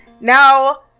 now